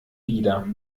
wieder